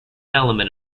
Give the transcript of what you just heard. element